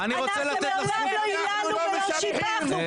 אנחנו מעולם לא היללנו ולא שיבחנו,